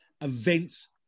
events